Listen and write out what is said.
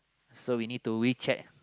so we need to recheck